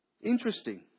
interesting